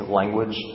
language